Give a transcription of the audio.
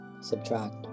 Subtract